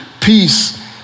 peace